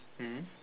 mm